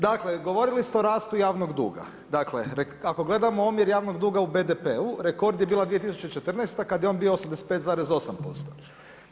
Dakle govorili ste o rastu javnog duga, dakle ako gledamo omjer javnog duga u BDP-u, rekord bi bila 2014. kada je on bio 85,8%